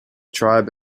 tribe